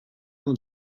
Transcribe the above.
that